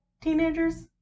teenagers